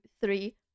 three